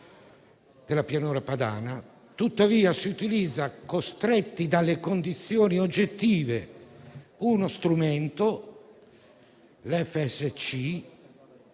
della pianura padana. Tuttavia si utilizza, costretti dalle condizioni oggettive, uno strumento (l'FSC)